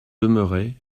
demeuraient